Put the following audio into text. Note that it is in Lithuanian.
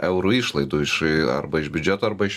eurų išlaidų iš arba iš biudžeto arba iš